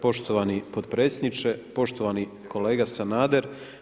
Poštovani potpredsjedniče, poštovani kolega Sanader.